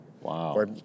wow